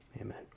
amen